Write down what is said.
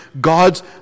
God's